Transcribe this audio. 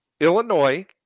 Illinois